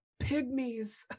pygmies